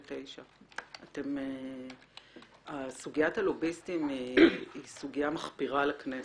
לובי 99. סוגיית הלוביסטים היא סוגיה מחפירה לכנסת.